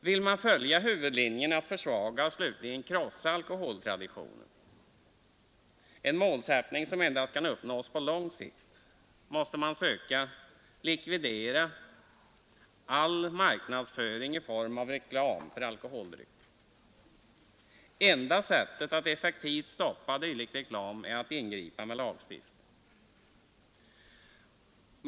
Vill man följa huvudlinjen att försvaga och slutligen krossa alkoholtraditionen, en målsättning som endast kan uppnås på lång sikt, måste man söka likvidera all marknadsföring i form av reklam för alkoholdrycker. Enda sättet att effektivt stoppa dylik reklam är att ingripa med lagstiftning.